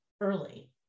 early